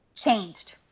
Changed